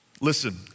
listen